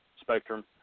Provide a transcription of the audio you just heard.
spectrum